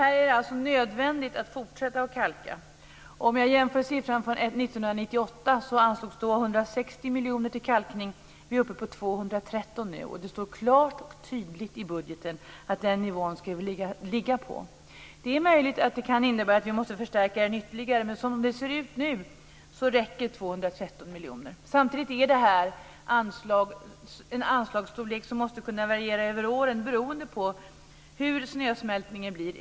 Här är det nödvändigt att fortsätta att kalka. Det står klart och tydligt i budgeten att den nivån ska vi ligga på. Det är möjligt att det innebär att vi måste förstärka det ytterligare, men som det ser ut nu räcker 213 miljoner. Samtidigt är det en anslagsstorlek som måste kunna variera över åren beroende på hur snösmältningen blir.